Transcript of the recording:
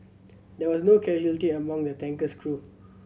there were no casualties among the tanker's crew